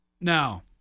Now